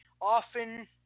often